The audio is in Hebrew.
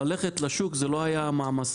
ללכת לשוק זה לא היה מעמסה,